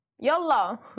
Yalla